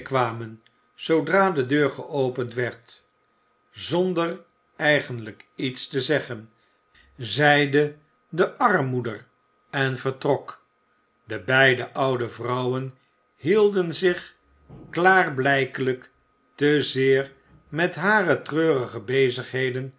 zoodra de deur geopend werd zonder eigenlijk iets te zeggen zeide de armmoeder en vertrok de beide oude vrouwen hielden zich klaarblijkelijk te zeer met hare treurige bezigheden